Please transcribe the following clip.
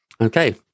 Okay